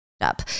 up